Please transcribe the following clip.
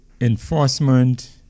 enforcement